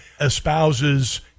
espouses